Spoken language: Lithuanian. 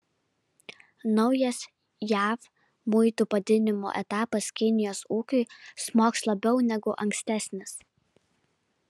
naujas jav muitų padidinimo etapas kinijos ūkiui smogs labiau negu ankstesnis